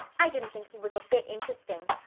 i didn't think he was a bit interesting.